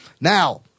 Now